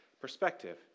perspective